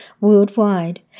worldwide